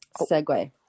segue